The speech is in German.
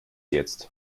jetzt